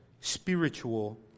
spiritual